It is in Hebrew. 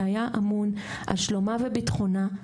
שהיה אמון על שלומה ובטחונה,